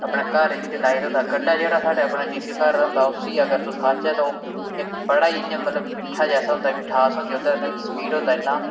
अपने घर जेह्ड़ा लाए दा होंदा गंढा जेह्ड़ा साढ़े अपना देसी घर दा होंदा उसी अगर तुस खाचै ते ओह् इक बड़ा ई इ'यां मतलब मिट्ठा जैसा होंदा मिठास होंदी ओह्दे ने स्वीट होंदा इन्ना